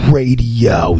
Radio